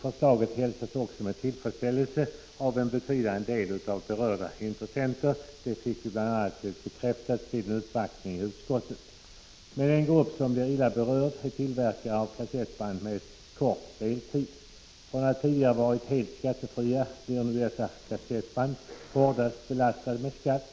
Förslaget hälsas också med tillfredsställelse av en betydande del av berörda intressenter. Det fick vi bl.a. bekräftat vid en uppvaktning i utskottet. En grupp som emellertid påverkas negativt är tillverkare av kassettband med kort speltid. Från att tidigare ha varit helt skattefria blir dessa kassettband nu hårdast belastade med skatt.